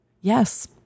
yes